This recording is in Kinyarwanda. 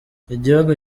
igihugu